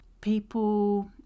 people